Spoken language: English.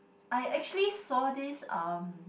I actually saw this um